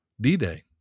D-Day